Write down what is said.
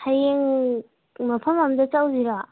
ꯍꯌꯦꯡ ꯃꯐꯝ ꯑꯃꯗ ꯆꯠꯂꯨꯁꯤꯔꯣ